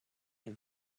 and